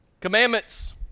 Commandments